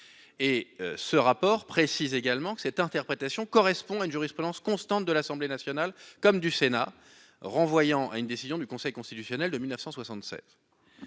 Et ce rapport précise également que cette interprétation correspond à une jurisprudence constante de l'Assemblée nationale comme du Sénat, renvoyant à une décision du Conseil constitutionnel de 1976.